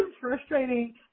frustrating